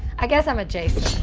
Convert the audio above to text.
i guess i'm a jason,